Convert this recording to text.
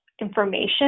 information